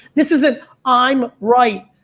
this isn't i'm right.